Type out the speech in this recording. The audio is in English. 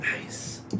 Nice